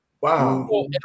wow